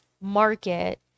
market